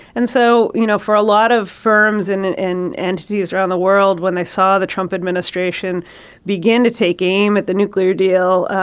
and so, you know, for a lot of firms and entities around the world, when they saw the trump administration begin to take aim at the nuclear deal,